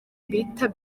bita